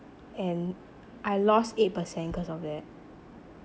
and I lost eight percent cause of that